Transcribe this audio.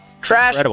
Trash